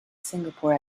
singapore